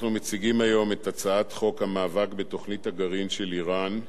אנחנו מציגים היום את הצעת חוק המאבק בתוכנית הגרעין של אירן,